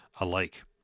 alike